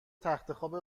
تختخواب